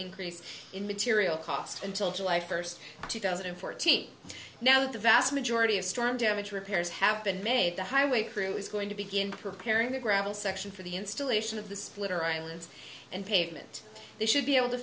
increase in material costs until july first two thousand and fourteen now the vast majority of storm damage repairs have been made the highway crew is going to begin preparing the gravel section for the installation of the splitter islands and pavement they should be able to